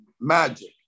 magic